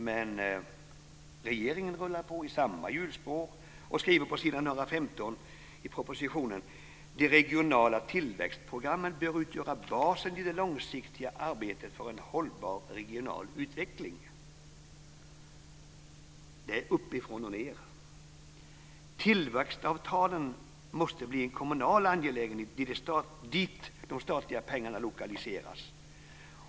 Men regeringen rullar på i samma hjulspår och skriver på s. 115 i propositionen: "De regionala tillväxtprogrammen bör utgöra basen i det långsiktiga arbetet för en hållbar regional utveckling." Det är uppifrån-och-ned. Tillväxtavtalen måste bli en kommunal angelägenhet dit de statliga pengarna lokaliseras.